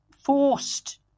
forced